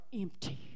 empty